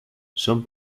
son